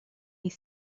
est